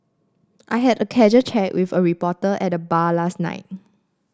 I had a casual chat with a reporter at the bar last night